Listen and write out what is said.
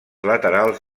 laterals